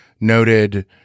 noted